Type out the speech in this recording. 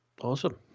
Awesome